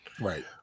Right